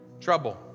Trouble